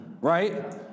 right